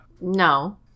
No